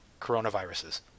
coronaviruses